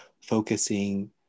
focusing